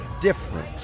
different